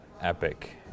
epic